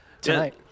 Tonight